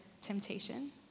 temptation